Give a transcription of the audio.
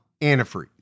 antifreeze